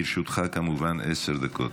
לרשותך, כמובן, עשר דקות.